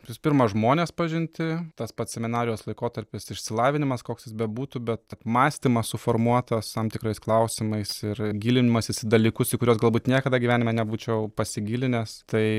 visų pirma žmonės pažinti tas pats seminarijos laikotarpis išsilavinimas koks jis bebūtų bet mąstymas suformuotas tam tikrais klausimais ir gilinimasis į dalykus į kuriuos galbūt niekada gyvenime nebūčiau pasigilinęs tai